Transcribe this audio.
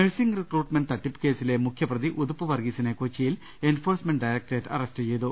nursing recruitment തട്ടിപ്പ് കേസിലെ മുഖ്യപ്രതി ഉതുപ്പ് വർഗ്ഗീ സിനെ കൊച്ചിയിൽ എൻഫോഴ്സ്മെന്റ് ഡയറ്കടറേറ്റ് അറസ്റ്റു ചെയ്തു